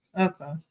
Okay